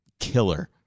killer